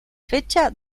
fecha